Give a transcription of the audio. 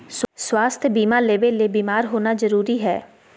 स्वास्थ्य बीमा लेबे ले बीमार होना जरूरी हय?